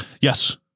Yes